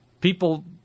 People